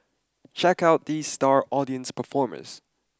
check out these star audience performers